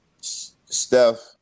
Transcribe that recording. Steph